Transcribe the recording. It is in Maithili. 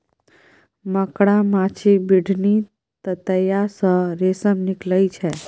मकड़ा, माछी, बिढ़नी, ततैया सँ रेशम निकलइ छै